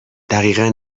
دقیقا